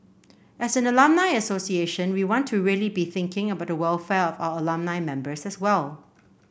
as an alumni association we want to really be thinking about the welfare of our alumni members as well